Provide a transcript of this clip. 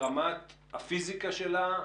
ברמת הפיזיקה שלה,